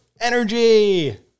energy